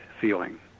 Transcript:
feeling